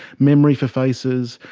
memory for faces,